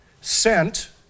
sent